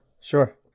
sure